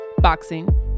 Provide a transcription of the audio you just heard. boxing